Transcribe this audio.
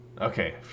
okay